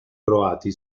croati